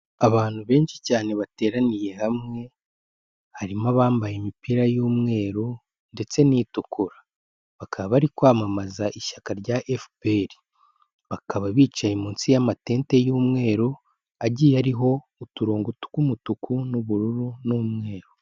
Abantu benshi cyane bateraniye hamwe, harimo abambaye imipira y'umweru ndetse n'itukura, bakaba bari kwamamaza ishyaka rya FPR, bakaba bicaye munsi y'amatente y'umweru, agiye ariho uturongo tw'umutuku n'ubururu n'umweru.